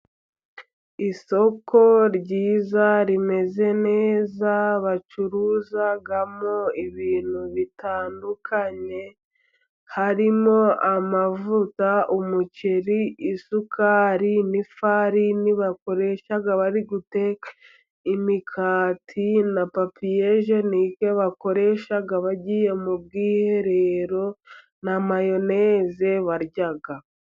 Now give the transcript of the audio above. Isoko ryiza rimeze neza bacuruzamo ibintu bitandukanye harimo: amavuta, umuceri, isukari, n'ifarini bakoresha bari guteka imikati, na papiyegenike bakoresha bagiye mu bwiherero, na mayoneze barya.